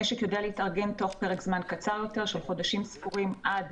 המשק יודע להתארגן תוך פרק זמן קצר יותר של חודשים ספורים עד